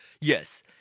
Yes